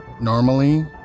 Normally